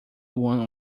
one